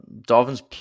Dolphins